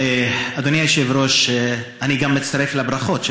אדוני היושב-ראש, אני גם מצטרף לברכות.